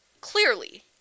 Clearly